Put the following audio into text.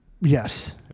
Yes